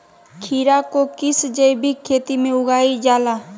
खीरा को किस जैविक खेती में उगाई जाला?